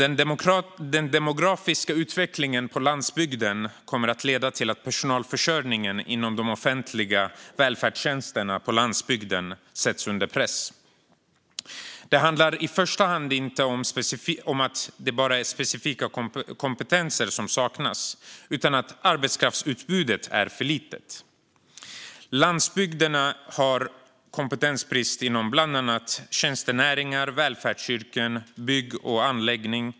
Den demografiska utvecklingen på landsbygden kommer att leda till att personalförsörjningen inom de offentliga välfärdstjänsterna på landsbygden sätts under press. Det handlar i första hand inte om att specifika kompetenser saknas utan att arbetskraftsutbudet är för litet. Landsbygden har kompetensbrist inom bland annat tjänstenäringar, välfärdsyrken och bygg och anläggning.